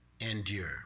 Endure